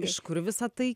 iš kur visa tai